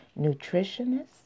nutritionists